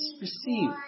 receive